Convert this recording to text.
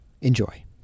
Enjoy